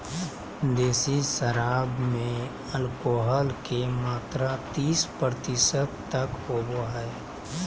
देसी शराब में एल्कोहल के मात्रा तीस प्रतिशत तक होबो हइ